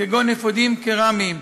כגון אפודים קרמיים,